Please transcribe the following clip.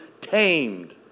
tamed